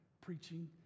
preaching